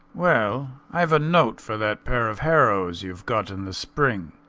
well, i've a note for that pair of harrows you've got in the spring.